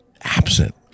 absent